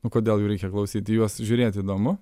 o kodėl jų reikia klausyt juos žiūrėt įdomu